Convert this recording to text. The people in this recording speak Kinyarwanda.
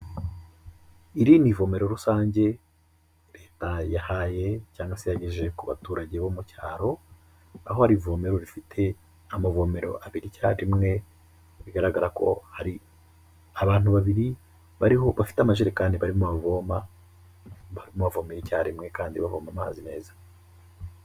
Iri ni ivomero rusange Leta yahaye cyangwa se yagejeje ku baturage bo mu cyaro, aho ari ivomero rifite amavomero abiri icyarimwe bigaragara ko hari abantu babiri, bariho bafite amajerekani barimo bavoma, barimo bavomera icyarimwe kandi bavoma amazi meza.